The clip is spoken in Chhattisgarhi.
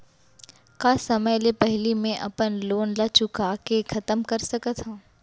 का समय ले पहिली में अपन लोन ला चुका के खतम कर सकत हव?